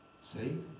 See